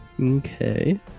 Okay